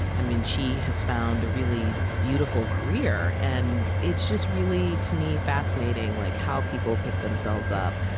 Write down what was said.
i mean, she has found a really beautiful career. and it's just really, to me, fascinating, like, how people pick themselves up,